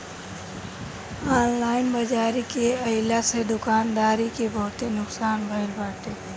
online बाजारी के आइला से दुकानदारी के बहुते नुकसान भईल बाटे